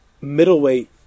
middleweight